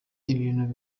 ibintu